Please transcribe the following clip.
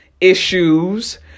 issues